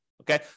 Okay